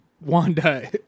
Wanda